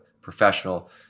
professional